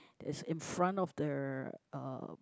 it is in front of the uh